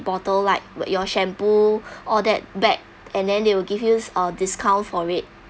bottle like wh~ your shampoo all that back and then they will give you a discount for it